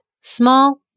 small